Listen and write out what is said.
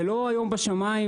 זה לא היום בשמיים.